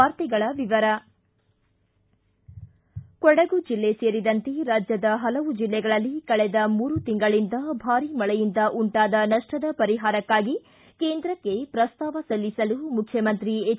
ವಾರ್ತೆಗಳ ವಿವರ ಕೊಡಗು ಜಿಲ್ಲೆ ಸೇರಿದಂತೆ ರಾಜ್ಯದ ಪಲವು ಜಿಲ್ಲೆಗಳಲ್ಲಿ ಕಳೆದ ಮೂರು ತಿಂಗಳಿಂದ ಭಾರಿ ಮಳೆಯಿಂದ ಉಂಟಾದ ನಷ್ನದ ಪರಿಪಾರಕ್ಕಾಗಿ ಕೇಂದ್ರಕ್ಕೆ ಪ್ರಸ್ತಾವನೆ ಸಲ್ಲಿಸಲು ಮುಖ್ಯಮಂತ್ರಿ ಎಚ್